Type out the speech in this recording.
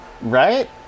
Right